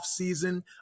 offseason